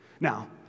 Now